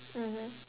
mmhmm